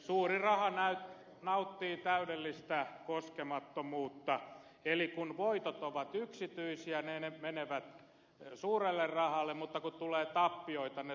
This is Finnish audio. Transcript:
suuri raha nauttii täydellistä koskemattomuutta eli kun voitot ovat yksityisiä ne menevät suurelle rahalle mutta kun tulee tappioita ne sosialisoidaan